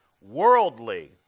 worldly